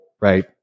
right